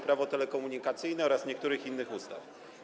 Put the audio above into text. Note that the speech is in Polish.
Prawo telekomunikacyjne oraz niektórych innych ustaw.